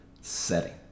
setting